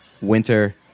Winter